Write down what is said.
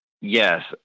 Yes